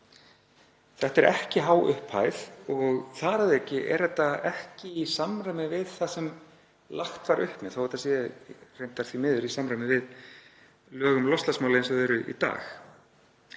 Þetta er ekki há upphæð og þar að auki er þetta ekki í samræmi við það sem lagt var upp með þótt þetta sé reyndar því miður í samræmi við lög um loftslagsmál eins og þau eru í dag.